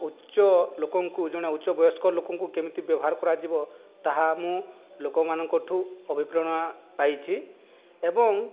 ଉଚ୍ଚ ଲୋକଙ୍କୁ ଜଣେ ଉଚ୍ଚ ବୟସ୍କ ଲୋକଙ୍କୁ କେମିତି ବ୍ୟବହାର କରାଯିବ ତାହା ମୁଁ ଲୋକମାନଙ୍କଠୁ ଅଭିପ୍ରେରଣା ପାଇଛି ଏବଂ